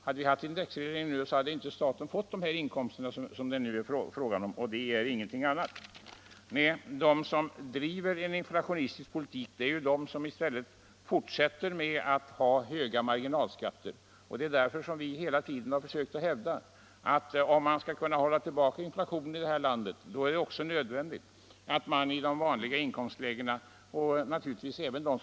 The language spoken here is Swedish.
Hade vi haft indexreglering nu, hade staten inte fått de här inkomsterna som det nu är fråga om. Men de som driver en inflationistisk politik är ju de som fortsätter med att vilja ha höga marginalskatter. Det är därför som vi hela tiden hävdat att om man skall kunna hålla tillbaka inflationen i det här landet, är det också nödvändigt att ge dem som ligger i de vanliga inkomstlägena kompensation för penningvärdeförsämringen.